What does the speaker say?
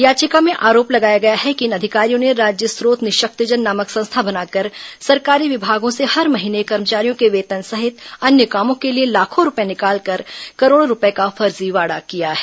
याचिका में आरोप लगाया गया है कि इन अधिकारियों ने राज्य स्रोत निःशक्तजन नामक संस्था बनाकर सरकारी विभागों से हर महीने कर्मचारियों के वेतन सहित अन्य कामों के लिए लाखों रुपए निकालकर करोड़ों रूपये का फर्जीवाड़ा किया है